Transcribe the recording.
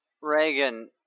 Reagan